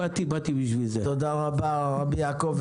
תודה רבה רבי יעקב.